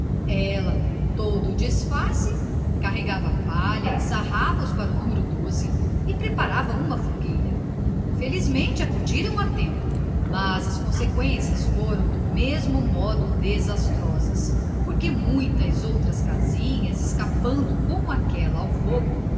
ela com todo o disfarce carregava palha e sarrafos para o numero doze e preparava uma fogueira felizmente acudiram a tempo mas as conseqüências foram do mesmo modo desastrosas porque muitas outras casinhas escapando como aquela ao fogo